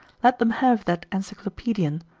let them have that encyclopaedian,